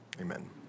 amen